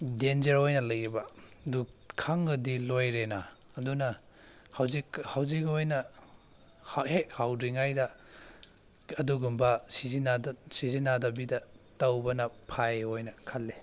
danger ꯑꯣꯏꯅ ꯂꯩꯌꯦꯕ ꯑꯗꯨ ꯈꯪꯉꯗꯤ ꯂꯣꯏꯔꯦꯅ ꯑꯗꯨꯅ ꯍꯧꯖꯤꯛ ꯍꯧꯖꯤꯛ ꯑꯣꯏꯅ ꯍꯦꯛ ꯍꯧꯗ꯭ꯔꯤꯉꯩꯗ ꯑꯗꯨꯒꯨꯝꯕ ꯁꯤꯖꯤꯟꯅꯗ ꯁꯤꯖꯤꯟꯅꯗꯕꯤꯗ ꯇꯧꯕꯅ ꯐꯩ ꯑꯣꯏꯅ ꯈꯜꯂꯦ